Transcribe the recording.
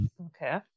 Okay